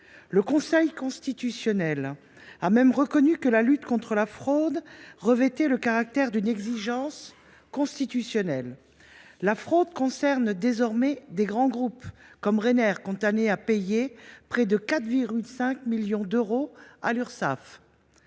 Le Conseil constitutionnel a même reconnu que la lutte contre la fraude revêt le caractère d’une exigence constitutionnelle. Elle concerne désormais de grands groupes, comme Ryanair, condamné à payer près de 4,5 millions d’euros à l’Urssaf.